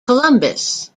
columbus